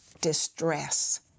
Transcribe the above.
distress